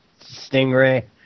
Stingray